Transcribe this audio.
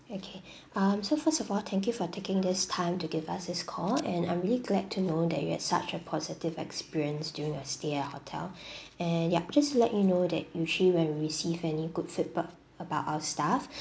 okay um so first of all thank you for taking this time to give us this call and I'm really glad to know that you had such a positive experience during your stay at our hotel and yup just to let you know that usually when we receive any good feedback about our staff